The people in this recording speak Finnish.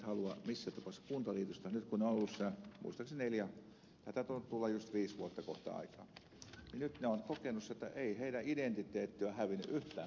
nyt kun he ovat olleet siellä muistaakseni neljä taitaa tulla just viisi vuotta kohta aikaa niin he ovat kokeneet jotta ei heidän identiteettinsä ole hävinnyt yhtään mihinkään